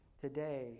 today